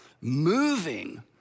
moving